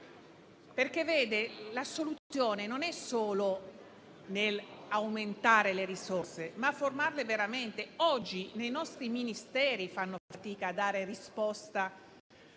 perché la soluzione non è solo nell'aumentare le risorse, ma nel formare veramente. Oggi, nei nostri Ministeri si fa fatica a dare risposta